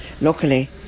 Luckily